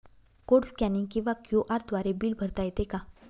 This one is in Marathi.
कोड स्कॅनिंग किंवा क्यू.आर द्वारे बिल भरता येते का?